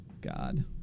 God